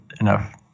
enough